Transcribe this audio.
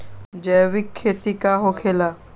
जैविक खेती का होखे ला?